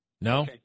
No